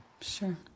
Sure